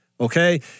okay